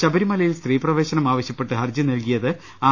ശബരിമലയിൽ സ്ത്രീ പ്രവേശനം ആവശ്യപ്പെട്ട് ഹർജി നൽകി യത് ആർ